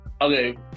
Okay